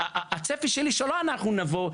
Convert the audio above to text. הצפי שלי שלא אנחנו נבוא,